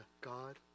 God